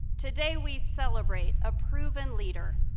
today we celebrate a proven leader,